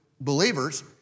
believers